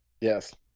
Yes